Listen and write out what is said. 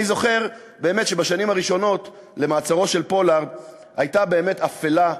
אני זוכר שבשנים הראשונות למעצרו של פולארד הייתה באמת אפלה,